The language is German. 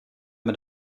mit